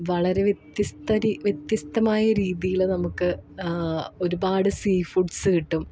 വളരെ വ്യത്യസ്ത വ്യത്യസ്തമായ രീതിയില് നമുക്ക് ഒരുപാട് സീ ഫുഡ്സ് കിട്ടും